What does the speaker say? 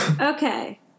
Okay